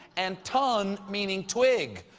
and tan, meaning twig.